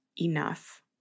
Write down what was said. enough